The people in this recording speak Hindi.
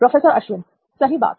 प्रोफेसर अश्विन सही बात